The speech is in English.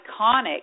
iconic